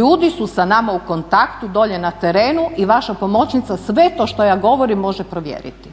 Ljudi su s nama u kontaktu dolje na terenu i vaša pomoćnica sve to što ja govorim može provjeriti.